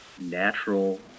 natural